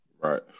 Right